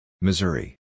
Missouri